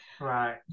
Right